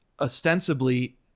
ostensibly